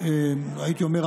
הייתי אומר,